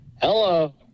Hello